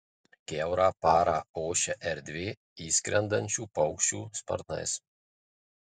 kiaurą parą ošia erdvė išskrendančių paukščių sparnais